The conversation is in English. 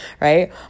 right